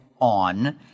on